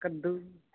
कद्दू